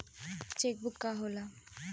Check book का होला?